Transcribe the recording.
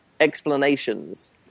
explanations